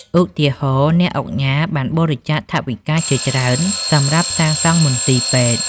ឧទាហរណ៍ អ្នកឧកញ៉ាបានបរិច្ចាគថវិកាជាច្រើនសម្រាប់សាងសង់មន្ទីរពេទ្យ។